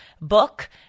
book